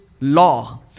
law